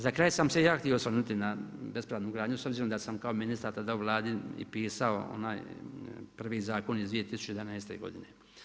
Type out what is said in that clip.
Za kraj sam se ja htio osvrnuti na bespravnu gradnju s obzirom da sam kao ministar tada u Vladi i pisao onaj prvi zakon iz 2011. godine.